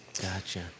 Gotcha